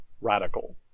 radical